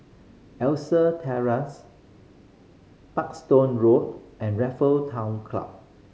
Terrace Parkstone Road and Raffle Town Club